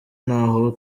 n’aho